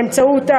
באמצעות,